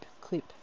clip